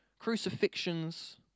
Crucifixions